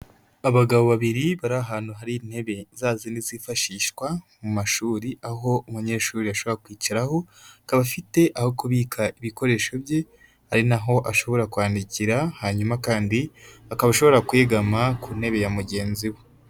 Abagabo babiri bari ahantu hari intebe, zazindi zifashishwa mu mashuri, aho umunyeshuri ashobora kwicaraho, akaba afite aho kubika ibikoresho bye, ari naho ashobora kwandikira, hanyuma kandi akaba ashobora kwegama ku ntebe ya mugenzi we.